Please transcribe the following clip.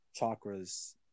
chakras